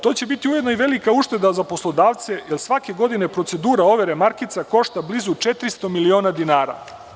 To će biti ujedno i velika ušteda za poslodavce jer svake godine procedura overe markica košta blizu 400 miliona dinara.